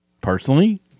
Personally